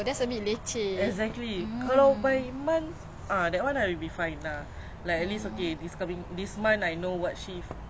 untuk kahwin okay okay sorry sorry